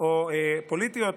או פוליטיות,